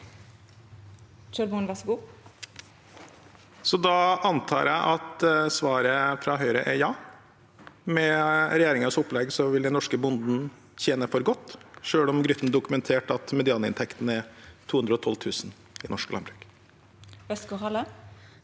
Da antar jeg at svaret fra Høyre er ja, at med regjeringens opplegg vil den norske bonden tjene for godt, selv om Grytten-utvalget dokumenterte at medianinntekten er 212 000 kr i norsk landbruk.